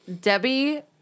Debbie